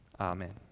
Amen